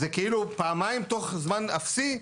זה כאילו פעמיים תוך זמן אפסי,